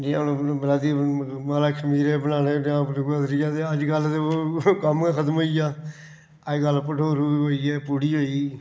जियां हून बराती महाराज खमीरे बनाने जां दूआ त्रीया ते अज्ज कल्ल ते कम्म गै खत्म होई गेआ अजकल भठोरू होई गे पूड़ी हेई गेई